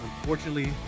Unfortunately